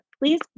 please